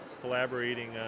collaborating